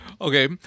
Okay